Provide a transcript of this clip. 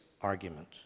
argument